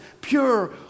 pure